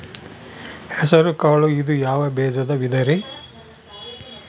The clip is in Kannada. ಹೆಸರುಕಾಳು ಇದು ಯಾವ ಬೇಜದ ವಿಧರಿ?